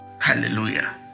Hallelujah